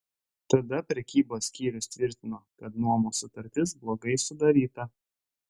tada prekybos skyrius tvirtino kad nuomos sutartis blogai sudaryta